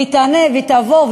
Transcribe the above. והיא תענה והיא תעבור,